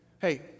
hey